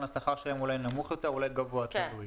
השכר שלהם נמוך יותר או אולי גבוה יותר.